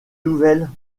nouvelle